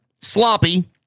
sloppy